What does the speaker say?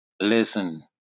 Listen